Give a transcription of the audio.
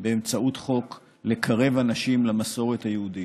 באמצעות חוק, לקרב אנשים למסורת היהודית.